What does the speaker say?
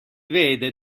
vede